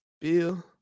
Bill